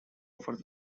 offers